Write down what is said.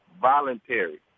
voluntary